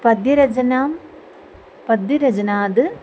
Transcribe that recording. पद्यरचनां पद्यरचनात्